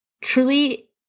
truly